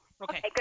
Okay